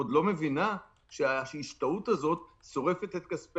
עוד לא מבינה שההשתהות הזאת שורפת את כספי